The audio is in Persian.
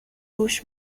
گوش